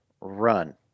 run